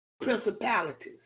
principalities